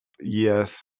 Yes